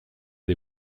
des